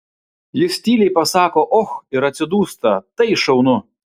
jis tyliai pasako och ir atsidūsta tai šaunu